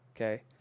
Okay